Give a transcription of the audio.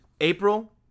April